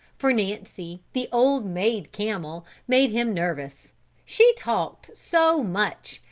for nancy, the old maid camel, made him nervous she talked so much,